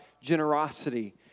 generosity